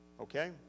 Okay